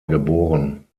geboren